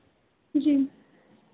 जी